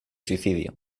suicidio